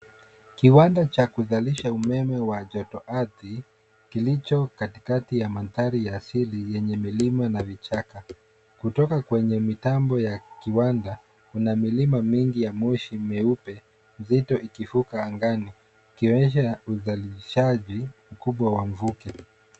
Kiwanda cha kuzalisha umeme wa joto ardhi, kilicho katikati ya mandhari ya asili yenye milima na vichaka. Kutoka kwenye mitambo ya kiwanda, kuna milima mingi ya moshi meupe, nzito ikivuka angani. Ikionyesha uzalishaji mkubwa wa mvuke.